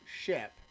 ship